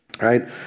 right